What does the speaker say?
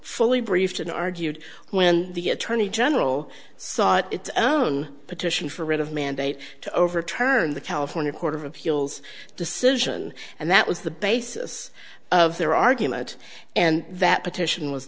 fully briefed in argued when the attorney general sought its own petition for writ of mandate to overturn the california court of appeals decision and that was the basis of their argument and that petition was